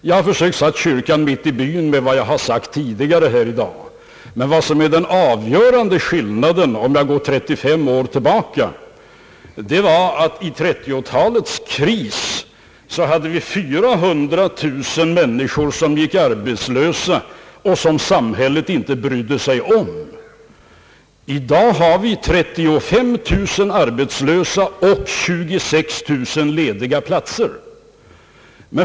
Jag har försökt ställa kyrkan mitt i byn med vad jag sagt tidigare i dag. Den avgörande skillnaden, om jag går 35 år tillbaka, är att det i 1930-talets kris var 400 000 människor som gick arbetslösa och som samhället inte brydde sig om. Nu har vi 35 000 arbetslösa och 26000 lediga platser.